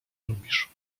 robisz